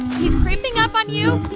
he's creeping up on you.